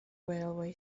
railway